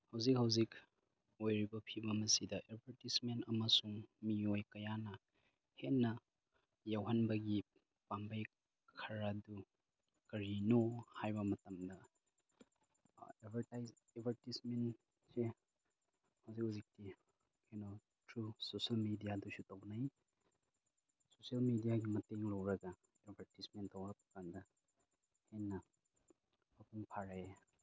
ꯍꯧꯖꯤꯛ ꯍꯧꯖꯤꯛ ꯑꯣꯏꯔꯤꯕ ꯐꯤꯕꯝ ꯑꯁꯤꯗ ꯑꯦꯗꯚꯔꯇꯤꯁꯃꯦꯟ ꯑꯃꯁꯨꯡ ꯃꯤꯑꯣꯏ ꯀꯌꯥꯅ ꯍꯦꯟꯅ ꯌꯧꯍꯟꯕꯒꯤ ꯄꯥꯝꯕꯩ ꯈꯔꯗꯨ ꯀꯔꯤꯅꯣ ꯍꯥꯏꯕ ꯃꯇꯝꯗ ꯑꯦꯗꯚꯔꯇꯤꯁꯃꯦꯟꯁꯦ ꯍꯧꯖꯤꯛ ꯍꯧꯖꯤꯛꯇꯤ ꯀꯩꯅꯣ ꯊ꯭ꯔꯨ ꯁꯣꯁꯦꯜ ꯃꯦꯗꯤꯌꯥꯗꯁꯨ ꯇꯧꯅꯩ ꯁꯣꯁꯦꯜ ꯃꯦꯗꯤꯌꯥꯒꯤ ꯃꯇꯦꯡ ꯂꯧꯔꯒ ꯑꯦꯗꯚꯔꯇꯤꯁꯃꯦꯟ ꯇꯧꯔꯛꯄꯀꯥꯟꯗ ꯍꯦꯟꯅ ꯃꯄꯨꯡ ꯐꯥꯔꯦ